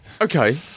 Okay